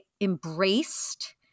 embraced